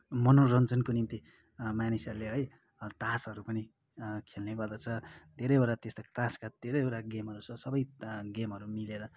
मनोरञ्जनको निम्ति मानिसहरूले है तासहरू पनि खेल्ने गर्दछ धेरैवटा त्यस्ता तासका धेरैवटा गेमहरू छ सबै ता गेमहरू मिलेर